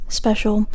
special